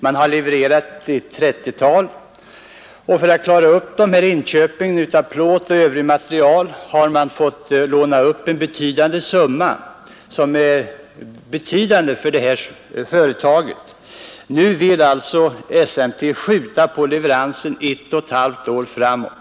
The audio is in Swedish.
Man har levererat ett 30-tal. För att klara inköpen av plåt och övrigt material har man fått låna upp en summa som är betydande för detta företag. Nu vill alltså SMT skjuta på leveransen ett och ett halvt år framåt.